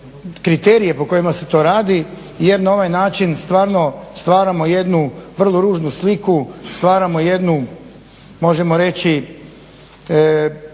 kriterije po kojima se to radi jer na ovaj način stvarno stvaramo jednu vrlo ružnu sliku, stvaramo jednu možemo reći